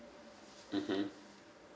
mmhmm